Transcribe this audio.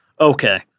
okay